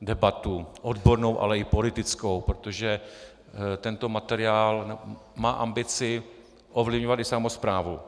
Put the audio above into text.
debatu odbornou, ale i politickou, protože tento materiál má ambici ovlivňovat i samosprávu.